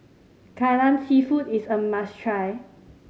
Kai Lan Seafood is a must try